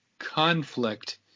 conflict